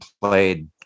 played